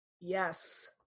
Yes